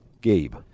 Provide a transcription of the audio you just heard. Gabe